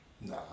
Nah